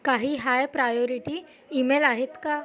काही high priority email आहेत का